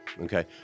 Okay